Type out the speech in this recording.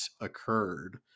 occurred